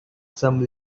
some